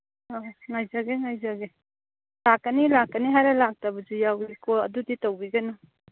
ꯍꯣꯏ ꯉꯥꯏꯖꯒꯦ ꯉꯥꯏꯖꯒꯦ ꯂꯥꯛꯀꯅꯤ ꯂꯥꯛꯀꯅꯤ ꯍꯥꯏꯔ ꯂꯥꯛꯇꯕꯁꯨ ꯌꯥꯎꯏꯀꯣ ꯑꯗꯨꯗꯤ ꯇꯧꯕꯤꯒꯅꯨ